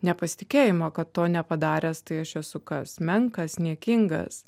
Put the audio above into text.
nepasitikėjimo kad to nepadaręs tai aš esu kas menkas niekingas